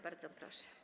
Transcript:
Bardzo proszę.